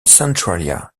centralia